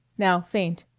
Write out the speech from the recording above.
now faint.